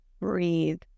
Breathe